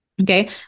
Okay